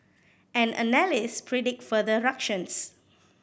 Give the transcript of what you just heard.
and analyst predict further ructions